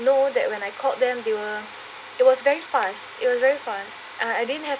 know that when I called them they were it was very fast it was very fast ah I didn't have